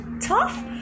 tough